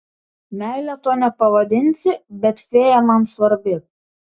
meile to nepavadinsi bet fėja man svarbi